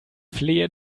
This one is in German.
flehe